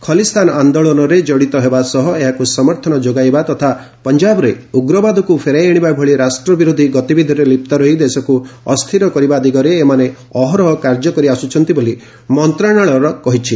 ଖଲିସ୍ଥାନ ଆନ୍ଦୋଳନରେ କଡ଼ିତ ହେବା ଏବଂ ଏହାକୁ ସମର୍ଥନ ଯୋଗାଇବା ତଥା ପଞ୍ଜାବରେ ଉଗ୍ରବାଦକୁ ଫେରାଇ ଆଣିବା ଭଳି ରାଷ୍ଟ୍ରବିରୋଧୀ ଗତିବିଧିରେ ଲିପ୍ତ ରହି ଦେଶକୁ ଅସ୍ଥିର କରିବା ଦିଗରେ ଏମାନେ ଅହରହ କାର୍ଯ୍ୟ କରି ଆସୁଛନ୍ତି ବୋଲି ମନ୍ତ୍ରଣାଳୟ କହିଛି